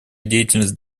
деятельность